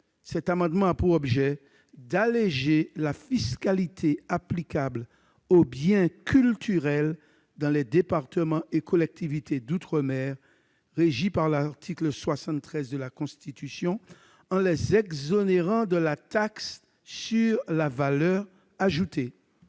Cet amendement a donc pour objet d'alléger la fiscalité applicable aux biens culturels dans les départements et collectivités d'outre-mer régis par l'article 73 de la Constitution, en les exonérant de la taxe sur la valeur ajoutée.